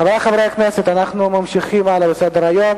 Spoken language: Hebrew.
חברי חברי הכנסת, אנחנו ממשיכים בסדר-היום.